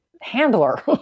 handler